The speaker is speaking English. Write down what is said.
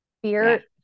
Fear